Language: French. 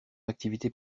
activité